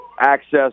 access